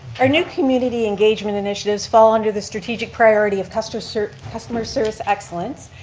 our new community engagement initiatives fall under the strategic priority of customer service customer service excellence.